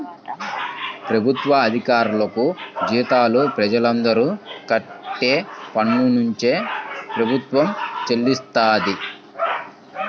ప్రభుత్వ అధికారులకు జీతాలు ప్రజలందరూ కట్టే పన్నునుంచే ప్రభుత్వం చెల్లిస్తది